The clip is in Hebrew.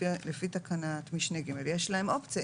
לפי תקנת משנה (ג) יש להם אופציה,